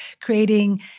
creating